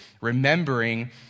remembering